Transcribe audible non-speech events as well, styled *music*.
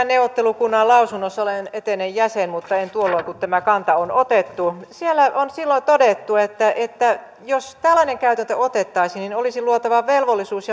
*unintelligible* neuvottelukunnan lausunnossa olen etenen jäsen mutta en ollut tuolloin kun tämä kanta on otettu on todettu että että jos tällainen käytäntö otettaisiin olisi luotava velvollisuus *unintelligible*